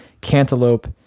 cantaloupe